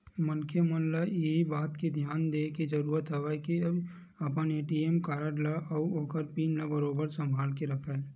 मनखे मन ल इही बात के धियान देय के जरुरत हवय के अपन ए.टी.एम कारड ल अउ ओखर पिन ल बरोबर संभाल के रखय